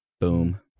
Boom